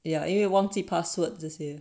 对啊因为忘记 password 这些